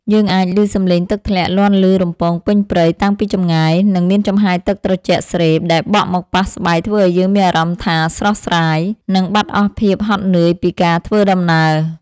យើងអាចឮសំឡេងទឹកធ្លាក់លាន់ឮរំពងពេញព្រៃតាំងពីចម្ងាយ និង មានចំហាយទឹកត្រជាក់ស្រេបដែលបក់មកប៉ះស្បែកធ្វើឱ្យយើងមានអារម្មណ៍ថាស្រស់ស្រាយ និង បាត់អស់ភាពហត់នឿយពីការធ្វើដំណើរ។